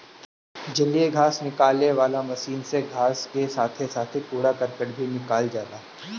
जलीय घास निकाले वाला मशीन से घास के साथे साथे कूड़ा करकट भी निकल जाला